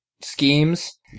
schemes